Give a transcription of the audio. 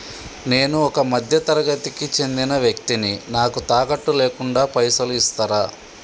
నేను ఒక మధ్య తరగతి కి చెందిన వ్యక్తిని నాకు తాకట్టు లేకుండా పైసలు ఇస్తరా?